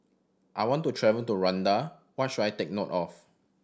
I want to travel to Rwanda what should I take note of